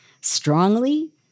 strongly